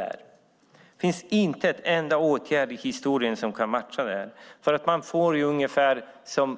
Det finns inte en enda åtgärd i historien som kan matcha det här.